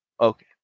Okay